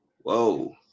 whoa